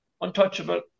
Untouchable